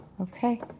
Okay